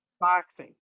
Boxing